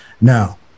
Now